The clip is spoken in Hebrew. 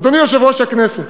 אדוני יושב-ראש הכנסת,